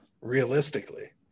realistically